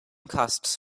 costs